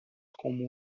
como